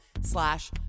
slash